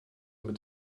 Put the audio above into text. mit